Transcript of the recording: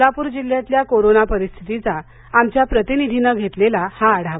सोलापूर जिल्ह्यातल्या कोरोना परिस्थितीचा आमच्या प्रतिनिधीनं घेतलेला हा आढावा